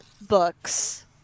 books